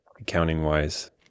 accounting-wise